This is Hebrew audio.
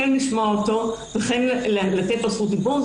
כן לשמוע אותו וכן לתת לו זכות דיבור.